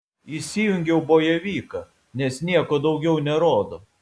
įsijungiau bojevyką nes nieko daugiau nerodo